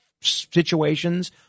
situations